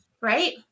Right